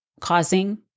causing